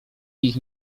ich